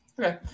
Okay